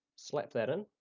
slap that in